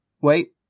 Wait